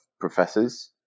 professors